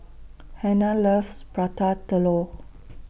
Hanna loves Prata Telur